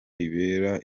ribera